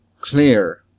clear